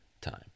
time